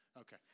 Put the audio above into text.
okay